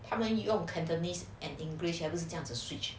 他们一共 cantonese and english 之间是 switch 多少